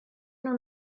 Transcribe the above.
nur